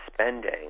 spending